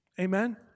Amen